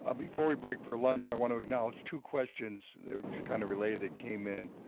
ah before we break for lunch, i want to acknowledge two questions kind of related that came in